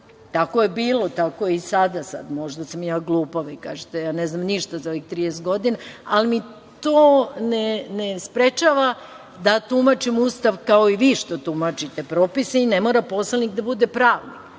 Tako je bilo, tako je i sada. Sada možda sam ja glupa. Vi kažete da ja ne znam ništa za ovih 30 godina, ali me to ne sprečava da tumačim Ustav kao i vi što tumačite propise i ne mora poslanik da bude pravnik,